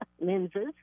lenses